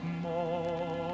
more